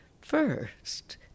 First